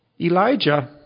Elijah